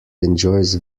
enjoys